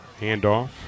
Handoff